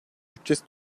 bütçesi